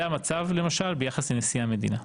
זה המצב למשל ביחס לנשיא המדינה.